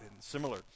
similar